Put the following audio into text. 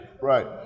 Right